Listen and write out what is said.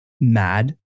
mad